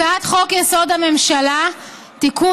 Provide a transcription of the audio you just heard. הצעת חוק-יסוד: הממשלה (תיקון,